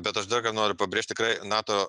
bet aš darkart noriu pabrėžt tikrai nato